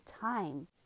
time